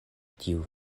tiu